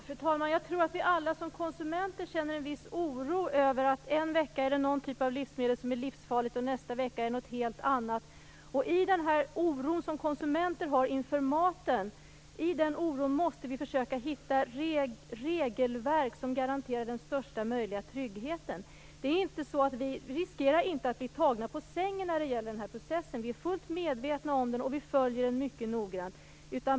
Fru talman! Jag tror att vi alla som konsumenter känner en viss oro över att en vecka är det någon typ av livsmedel som är livsfarligt och nästa vecka någonting helt annat. Med tanke på den oro som konsumenten har inför maten måste vi finna regelverk som garanterar den största möjliga tryggheten. Vi riskerar inte att bli tagna på sängen när det gäller den här processen. Vi är fullt medvetna om den, och vi följer den mycket noggrant.